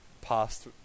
past